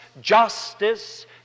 justice